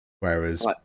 Whereas